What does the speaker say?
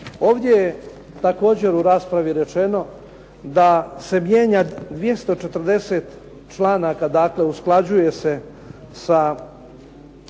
Ovdje je također u raspravi rečeno da se mijenja 240 članaka, dakle usklađuje se sa